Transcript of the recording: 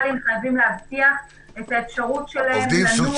שחייבים להבטיח את האפשרות של עובדים סוציאליים לנוע ולתת שירות.